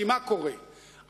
מה קורה?